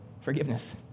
forgiveness